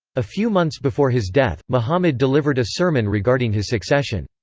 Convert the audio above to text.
a few months before his death, muhammad delivered a sermon regarding his succession.